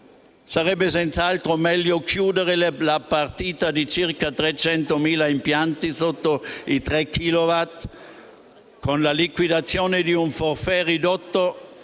sarebbe senz'altro meglio chiudere la partita di circa 300.000 impianti sotto i 3 chilowatt con la liquidazione di un *forfait* ridotto